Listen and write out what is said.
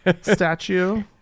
statue